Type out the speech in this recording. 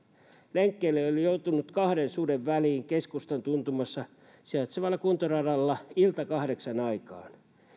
lenkkeilijä oli joutunut kahden suden väliin keskustan tuntumassa sijaitsevalla kuntoradalla iltakahdeksan aikaan